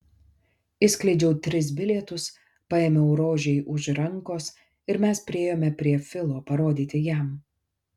išskleidžiau tris bilietus paėmiau rožei už rankos ir mes priėjome prie filo parodyti jam